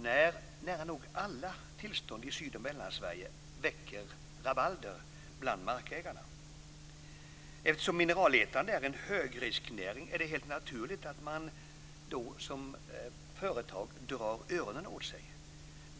när nära nog alla tillstånd i Syd och Mellansverige väcker rabalder bland markägarna. Eftersom mineralletande är en högrisknäring är det helt naturligt att man då som företag drar öronen åt sig.